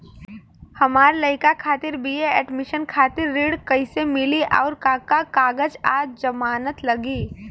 हमार लइका खातिर बी.ए एडमिशन खातिर ऋण कइसे मिली और का का कागज आ जमानत लागी?